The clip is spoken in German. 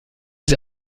sie